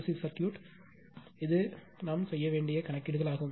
C circuit இது நாம் செய்ய வேண்டியது ஆகும்